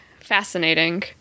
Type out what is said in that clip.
fascinating